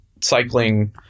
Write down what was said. cycling